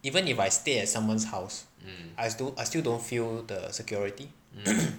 even if I stay at someone's house I sti~ I still don't feel the security